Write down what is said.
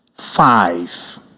Five